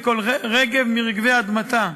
לכל רגב מרגבי אדמתה,